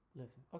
listen